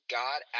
god